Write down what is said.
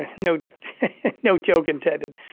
and no no joke intended.